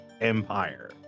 Empire